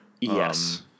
yes